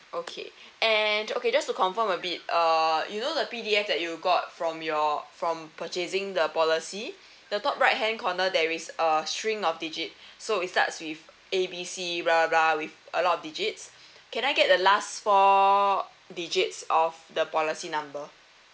okay and okay just to confirm a bit err you know the P_D_F that you got from your from purchasing the policy the top right hand corner there is a string of digit so it starts with A B C blah blah with a lot of digits can I get the last four digits of the policy number